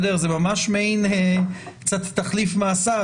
זה ממש מעין תחליף מאסר.